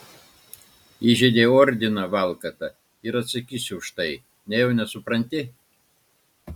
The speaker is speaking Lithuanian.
įžeidei ordiną valkata ir atsakysi už tai nejau nesupranti